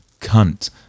cunt